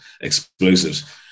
explosives